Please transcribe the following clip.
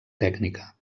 tècnica